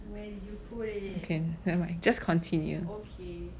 where do you put it okay